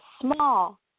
small